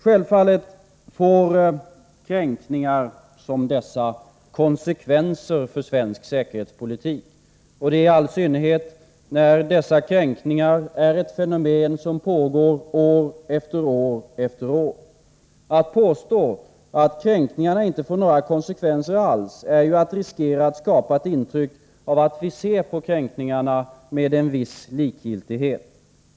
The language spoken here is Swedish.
Självfallet får kränkningar som dessa konsekvenser för svensk säkerhetspolitik, detta i all synnerhet när dessa kränkningar är ett fenomen som pågår år efter år efter år. Att påstå att kränkningarna inte får några konsekvenser alls är att riskera att skapa ett intryck av att vi ser på kränkningarna med en viss likgiltighet.